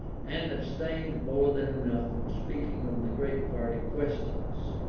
and abstained more than enough from speaking on the great party questions.